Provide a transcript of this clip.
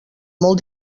molt